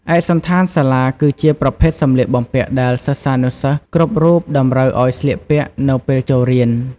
ឯកសណ្ឋានសាលាគឺជាប្រភេទសម្លៀកបំពាក់ដែលសិស្សានុសិស្សគ្រប់រូបតម្រូវឱ្យស្លៀកពាក់នៅពេលចូលរៀន។